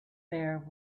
there